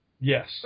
Yes